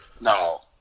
No